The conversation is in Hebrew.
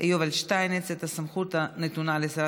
יובל שטייניץ את הסמכות הנתונה לשרת